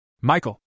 Michael